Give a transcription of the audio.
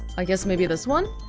i guess maybe this one?